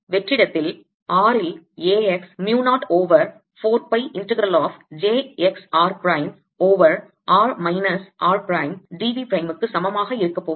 எனவே வெற்றிடத்தில் r ல் A x mu 0 over 4 pi integral of j x r prime over r minus r prime d v prime க்கு சமமாக இருக்கப்போகிறது